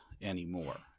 anymore